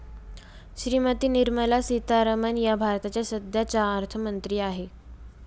श्रीमती निर्मला सीतारामन या भारताच्या सध्याच्या अर्थमंत्री आहेत